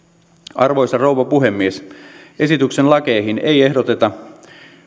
arvoisa rouva puhemies esityksen lakeihin ei ehdoteta